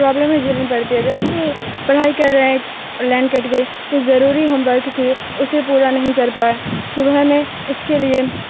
پرابلمیں جھیلنی پڑتی ہے جیسے یہ پڑھائی کر رہے ہیں ایک اور لائن کٹ گئی کچھ ضروری ہوم ورک تھی اسے پورا نہیں کر پائے صبح میں اس کے لیے